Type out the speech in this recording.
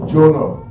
Jonah